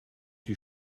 die